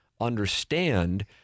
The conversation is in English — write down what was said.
understand